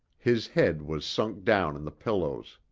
his head was sunk down in the pillows.